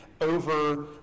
over